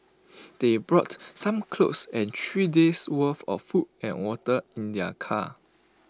they brought some clothes and three days' worth of food and water in their car